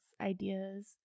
ideas